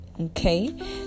okay